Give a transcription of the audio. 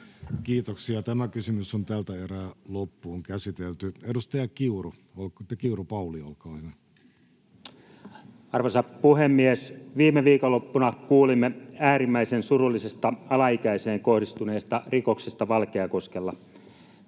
valitettavien säästölakien eteenpäin viemisessä. Edustaja Kiuru, Pauli, olkaa hyvä. Arvoisa puhemies! Viime viikonloppuna kuulimme äärimmäisen surullisista alaikäiseen kohdistuneista rikoksista Valkeakoskella.